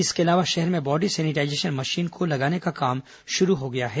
इसके अलावा शहर में बॉडी सैनिटाईजेशन मशीन को लगाने का काम शुरू हो गया है